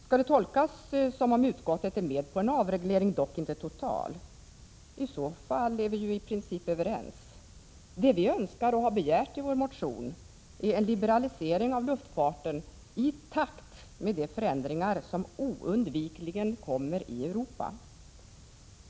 Skall det tolkas så, att utskottet är med på en avreglering, dock inte total? I så fall är vi ju i princip överens. Det vi önskar — och har begärt i vår motion — är en liberalisering av luftfarten i takt med de förändringar som oundvikligen kommer i Europa.